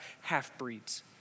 half-breeds